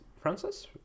Francis